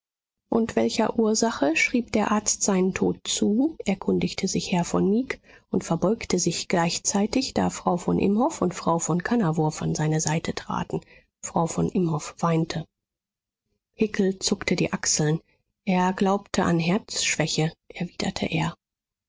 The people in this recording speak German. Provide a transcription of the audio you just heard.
und welcher ursache schrieb der arzt seinen tod zu erkundigte sich herr von mieg und verbeugte sich gleichzeitig da frau von imhoff und frau von kannawurf an seine seite traten frau von imhoff weinte hickel zuckte die achseln er glaubte an herzschwäche erwiderte er